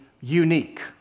unique